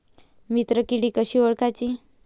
मित्र किडी कशी ओळखाची?